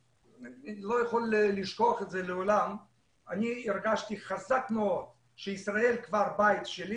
אני לא יכול לשכוח לעולם אבל אני הרגשתי חזק מאוד שישראל כבר בית שלי